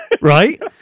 Right